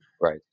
Right